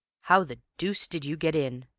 how the deuce did you get in?